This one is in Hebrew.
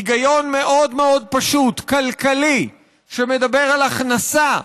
היגיון מאוד מאוד פשוט, כלכלי, שמדבר על הכנסה,